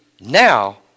now